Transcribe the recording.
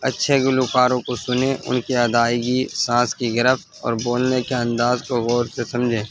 اچھے گلوکاروں کو سنیں ان کی ادائیگی سانس کی گرفت اور بولنے کے انداز کو غور سے سمجھیں